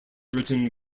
written